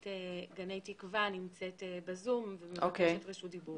גני תקווה נמצאת ב-זום ומבקשת רשות דיבור.